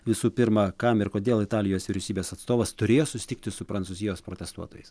visų pirma kam ir kodėl italijos vyriausybės atstovas turėjo susitikti su prancūzijos protestuotojais